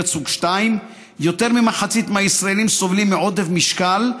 סוג 2. יותר ממחצית מהישראלים סובלים מעודף משקל: